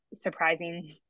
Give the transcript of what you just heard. surprising